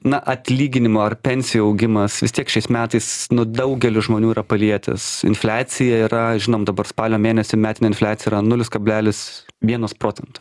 na atlyginimo ar pensijų augimas vis tiek šiais metais nu daugelio žmonių yra palietęs infliacija yra žinom dabar spalio mėnesį metinė infliacija yra nulis kablelis vienas porcento